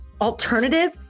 alternative